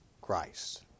Christ